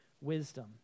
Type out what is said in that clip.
wisdom